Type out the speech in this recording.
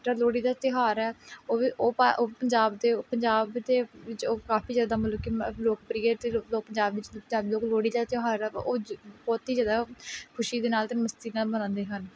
ਜਿਹੜਾ ਲੋਹੜੀ ਦਾ ਤਿਉਹਾਰ ਹੈ ਉਹ ਵੀ ਉਹ ਭਾ ਉਹ ਪੰਜਾਬ ਦੇ ਪੰਜਾਬ ਦੇ ਵਿੱਚ ਉਹ ਕਾਫ਼ੀ ਜ਼ਿਆਦਾ ਮਤਲਬ ਕਿ ਲੋਕਪ੍ਰਿਯਾ ਅਤੇ ਲੋਕ ਪੰਜਾਬ ਵਿਚ ਪੰਜਾਬੀ ਲੋਕ ਲੋਹੜੀ ਦਾ ਤਿਉਹਾਰ ਬਹੁਤ ਹੀ ਜ਼ਿਆਦਾ ਖੁਸ਼ੀ ਦੇ ਨਾਲ ਅਤੇ ਮਸਤੀ ਦੇ ਨਾਲ ਮਨਾਉਂਦੇ ਹਨ